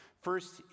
First